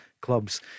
clubs